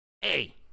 hey